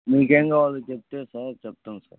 మీకేమి కావాలో చెప్తే ఛార్జ్ చెప్తాము సార్